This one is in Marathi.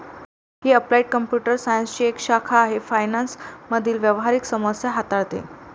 ही अप्लाइड कॉम्प्युटर सायन्सची एक शाखा आहे फायनान्स मधील व्यावहारिक समस्या हाताळते